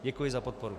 Děkuji za podporu.